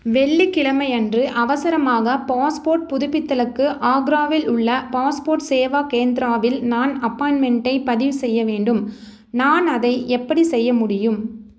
வெள்ளிக்கிழமை அன்று அவசரமாக பாஸ்போர்ட் புதுப்பித்தலுக்கு ஆக்ராவில் உள்ள பாஸ்போர்ட் சேவா கேந்திராவில் நான் அப்பாயிண்ட்மெண்ட்டை பதிவு செய்ய வேண்டும் நான் அதை எப்படி செய்ய முடியும்